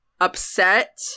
upset